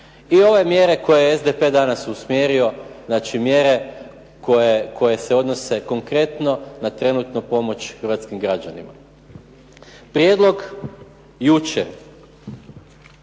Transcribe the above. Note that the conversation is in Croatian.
I ove mjere koje je SDP danas usmjerio, znači mjere koje se odnose konkretno na trenutnu pomoć hrvatskim građanima. Prijedlog jučer